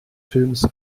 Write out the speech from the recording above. films